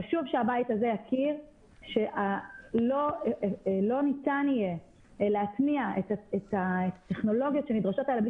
חשוב שהבית הזה יכיר שלא ניתן יהיה להתניע את הטכנולוגיות שנדרשות מבלי